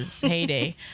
heyday